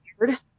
weird